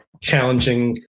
challenging